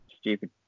stupid